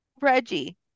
Reggie